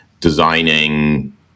designing